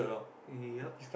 yup